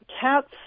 Cats